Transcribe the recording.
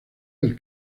del